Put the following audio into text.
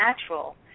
natural